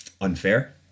unfair